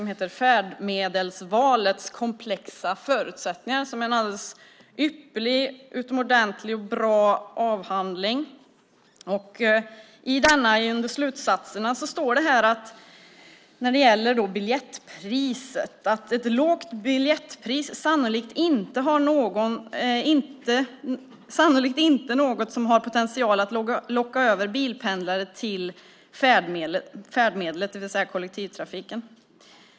Den heter Färdmedelsvalets komplexa förutsättningar . Det är en ypperligt bra avhandling. I denna, under slutsatserna, står det att ett lågt biljettpris sannolikt inte är något som har potential att locka över bilpendlare till färdmedlet, det vill säga kollektivtrafiken.